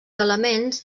elements